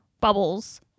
bubbles